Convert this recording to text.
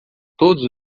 todos